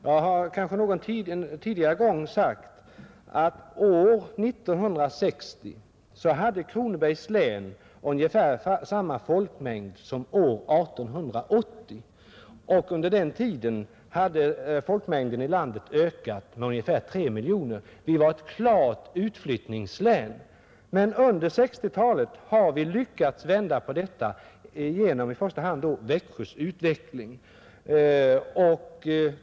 Jag har någon gång tidigare sagt att år 1960 hade Kronobergs län ungefär samma folkmängd som år 1880, och under den tiden hade folkmängden i landet ökat med ungefär tre miljoner. Länet var ett klart utflyttningslän. Men under 1960-talet har vi lyckats vända den utvecklingen, i första hand genom Växjös expansion.